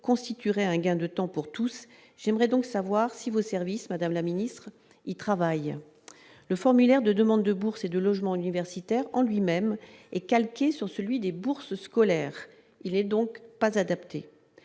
constituerait un gain de temps pour tous, j'aimerais donc savoir si vos services, madame la ministre, il travaille le formulaire de demande de bourse et de logements universitaires en lui-même est calqué sur celui des bourses scolaires, il est donc pas adaptée